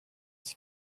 die